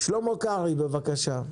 שלמה קרעי בבקשה.